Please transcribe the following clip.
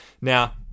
Now